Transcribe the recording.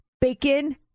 bacon